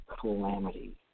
calamity